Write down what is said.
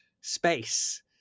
space